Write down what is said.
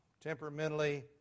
Temperamentally